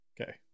okay